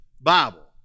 Bible